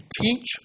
teach